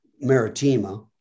Maritima